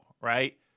right